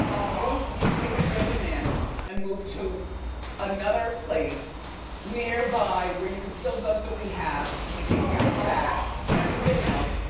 you need to take your random man and move to another place nearby, where you can still go to the rehab and take care of your back and everything else.